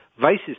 Vice's